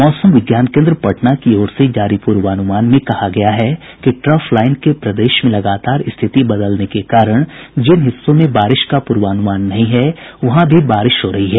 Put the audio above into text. मौसम विज्ञान केन्द्र पटना की ओर से जारी पूर्वानुमान में कहा गया है कि ट्रफ लाईन के प्रदेश में लगातार स्थिति बदलने के कारण जिन हिस्सों में बारिश का पूर्वानुमान नहीं है वहां भी बारिश हो रही है